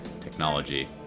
Technology